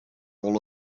all